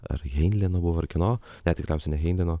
ar heinlino buvo ar kieno ne tikriausiai ne heinlino